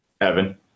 Evan